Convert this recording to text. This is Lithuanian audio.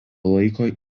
laiko